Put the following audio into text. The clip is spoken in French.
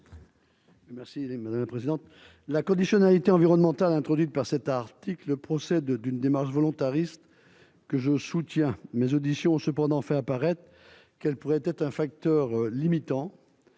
Merci les madame la présidente, la conditionnalité environnementale introduite par cet article procède d'une démarche volontariste que je soutiens mes auditions cependant fait apparaître qu'elle pourrait être un facteur limitant,